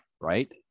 right